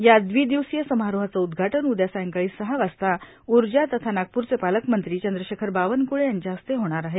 या द्वि दिवसीय समारोहाचं उद्घाटन उद्या सायंकाळी सहा वाजता ऊर्जा तथा नागपूरचे पालकमंत्री चंद्रशेखर बावनक्ळे यांच्या हस्ते होणार आहे